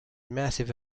massive